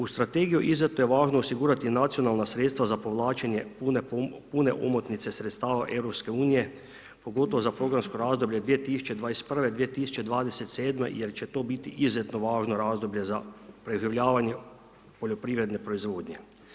U strategiju izuzetno je važno osigurati nacionalna sredstva za povlačenje pune omotnice sredstava EU, pogotovo za … [[Govornik se ne razumije]] razdoblje 2021.-ve, 2027.-me jer će to biti izuzetno važno razdoblje za preživljavanje poljoprivredne proizvodnje.